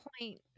point